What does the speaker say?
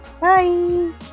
Bye